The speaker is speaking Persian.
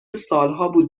سالهابود